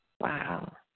Wow